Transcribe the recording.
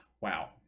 Wow